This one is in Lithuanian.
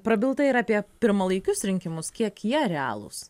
prabilta ir apie pirmalaikius rinkimus kiek jie realūs